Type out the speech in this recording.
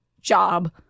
Job